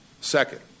Second